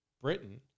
Britain